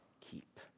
keep